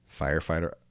firefighter